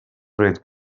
played